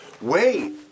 wait